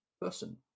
person